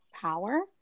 power